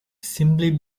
simply